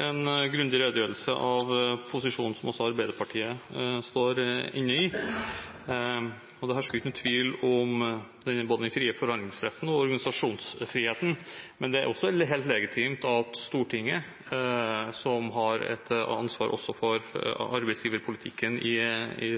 en grundig redegjørelse av posisjonen som også Arbeiderpartiet inntar. Det hersker ikke noen tvil om det som gjelder den frie forhandlingsretten og organisasjonsfriheten, men det er helt legitimt at Stortinget, som har et ansvar også for arbeidsgiverpolitikken i